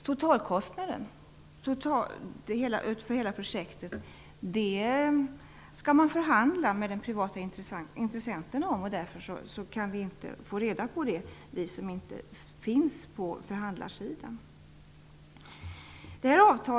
Totalkostnaden för hela projektet skall man förhandla med den privata intressenten om. Därför kan vi som inte finns på förhandlarsidan inte få reda på något.